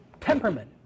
temperament